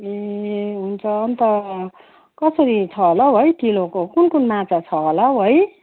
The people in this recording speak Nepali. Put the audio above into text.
ए हुन्छ अन्त कसरी छ होला हौ है किलोको कुन कुन माछा छ होला हौ है